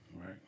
Right